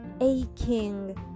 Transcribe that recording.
aching